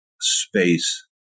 space